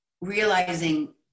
realizing